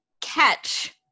catch